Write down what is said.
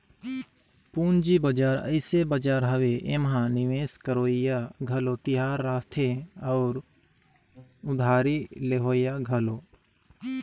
पंूजी बजार अइसे बजार हवे एम्हां निवेस करोइया घलो तियार रहथें अउ उधारी लेहोइया घलो